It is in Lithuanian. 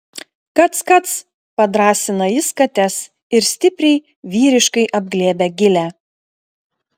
kac kac padrąsina jis kates ir stipriai vyriškai apglėbia gilę